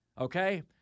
Okay